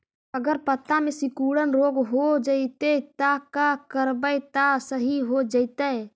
अगर पत्ता में सिकुड़न रोग हो जैतै त का करबै त सहि हो जैतै?